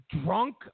drunk